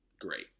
great